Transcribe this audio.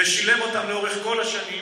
ושילם אותן לאורך כל השנים.